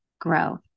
grow